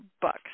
book